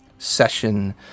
session